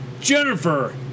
Jennifer